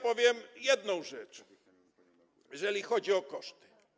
Powiem jedną rzecz, jeżeli chodzi o koszty.